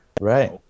right